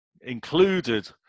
included